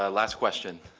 ah last question.